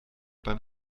beim